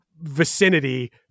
vicinity